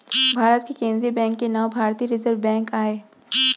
भारत के केंद्रीय बेंक के नांव भारतीय रिजर्व बेंक आय